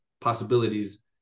possibilities